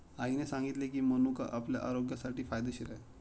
आईने सांगितले की, मनुका आपल्या आरोग्यासाठी फायदेशीर आहे